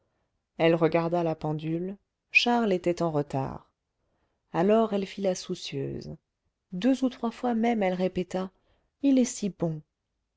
elle regarda la pendule charles était en retard alors elle fit la soucieuse deux ou trois fois même elle répéta il est si bon